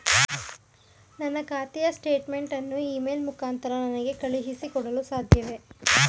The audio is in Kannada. ನನ್ನ ಖಾತೆಯ ಸ್ಟೇಟ್ಮೆಂಟ್ ಅನ್ನು ಇ ಮೇಲ್ ಮುಖಾಂತರ ನನಗೆ ಕಳುಹಿಸಿ ಕೊಡಲು ಸಾಧ್ಯವೇ?